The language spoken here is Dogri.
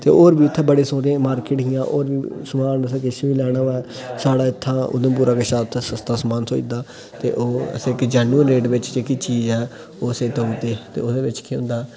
ते होर बी उत्थें बड़े सोह्नी मार्किट इ'यां होर बी समान असें किश बी लैना होवै साढ़ै इत्थें उधमपुरे कशा उत्थें सस्ता समान थ्होई जंदा ते ओह् असें इक जेनुइन रेट बिच्च जेह्की चीज ऐ ओह् असें देई दे ते ओह्दे बिच्च केह् होंदा